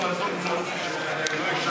(אומר בערבית: